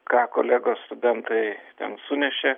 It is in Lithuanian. ką kolegos studentai ten sunešė